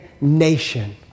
nation